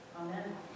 Amen